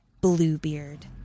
Bluebeard